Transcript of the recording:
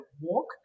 walk